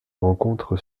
rencontre